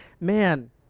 man